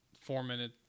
four-minute